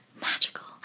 magical